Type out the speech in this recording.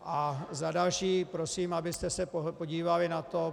A za další prosím, abyste se podívali na to...